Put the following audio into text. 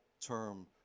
term